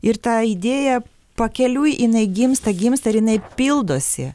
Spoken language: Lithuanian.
ir ta idėja pakeliui jinai gimsta gimsta ir jinai pildosi